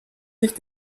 sich